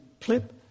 clip